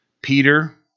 Peter